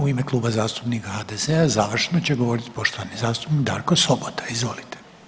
U ime Kluba zastupnika HDZ-a završno će govoriti poštovani zastupnik Darko Sobota, izvolite.